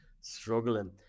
Struggling